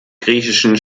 griechischen